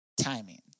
timing